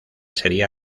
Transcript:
sería